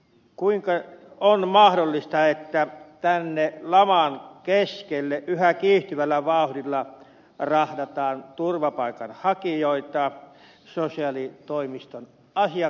kuinka on mahdollista että tänne laman keskelle yhä kiihtyvällä vauhdilla rahdataan turvapaikanhakijoita sosiaalitoimiston asiakkaiksi